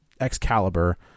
Excalibur